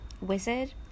wizard